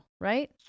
Right